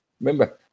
Remember